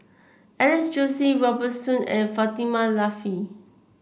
Alex Josey Robert Soon and Fatimah Lateef